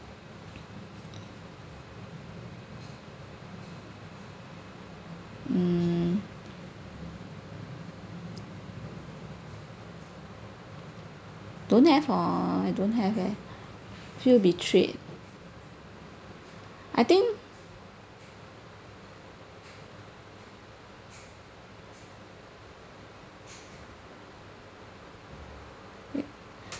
mm don't have oh I don't have eh feel betrayed I think